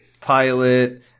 pilot